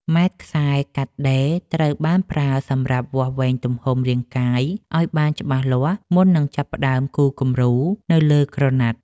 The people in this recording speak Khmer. ម៉ែត្រខ្សែកាត់ដេរត្រូវបានប្រើសម្រាប់វាស់វែងទំហំរាងកាយឱ្យបានច្បាស់លាស់មុននឹងចាប់ផ្ដើមគូរគំរូនៅលើក្រណាត់។